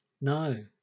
No